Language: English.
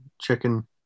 chicken